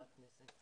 ממשרד העבודה